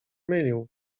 mylił